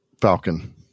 Falcon